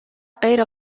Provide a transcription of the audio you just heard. غیر